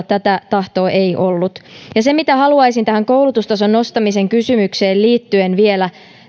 tätä tahtoa ei ollut se mitä haluaisin tähän koulutustason nostamisen kysymykseen liittyen vielä